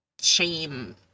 shame